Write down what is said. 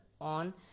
on